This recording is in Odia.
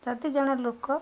ଯଦି ଜଣେ ଲୋକ